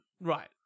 Right